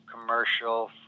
commercial